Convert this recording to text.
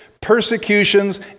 persecutions